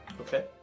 Okay